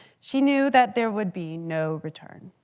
she knew that there would be no return.